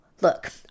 Look